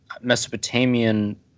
Mesopotamian